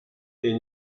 est